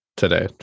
today